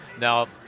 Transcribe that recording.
now